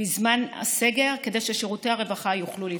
בזמן הסגר, כדי ששירותי הרווחה יוכלו לפעול.